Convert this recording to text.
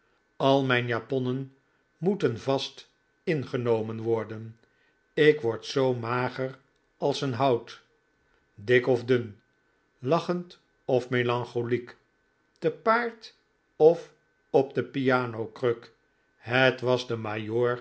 al mijn japonnen moeten vast ingenomen worden ik word zoo mager als een hout dik of dun lachend of melancholiek te paard of op de pianokruk het was den